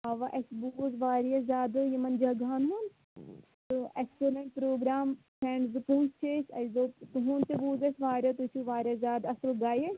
اوَا اَسِہ بوٗز واریاہ زیادٕ یِمَن جگہن ہِنٛد تہٕ اَسہِ کوٚر وۄنۍ پروگرام فریٚنٛڈ زٕ پٲنٛژھ چھِ أسۍ اَسہِ دۄپ تُہنٛد تہِ بوٗز اَسہِ واریاہ تُہی چھُو واریاہ زیادٕ اصل گایڈ